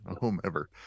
whomever